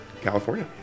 California